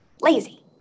lazy